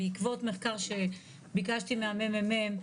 בעקבות מחקר שביקשתי מהממ"מ,